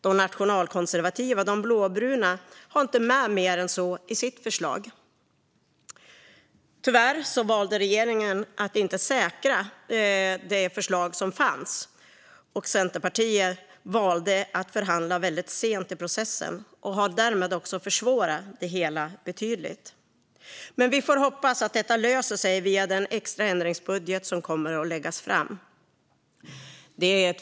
De nationalkonservativa, de blåbruna, har inte med mer än så i sitt förslag. Tyvärr valde regeringen att inte säkra det förslag som fanns, och Centerpartiet valde att förhandla väldigt sent i processen och försvårade därmed det hela betydligt. Vi får hoppas att det löser sig genom den extra ändringsbudget som kommer att läggas fram.